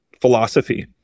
philosophy